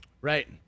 Right